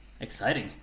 exciting